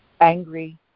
angry